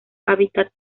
hábitat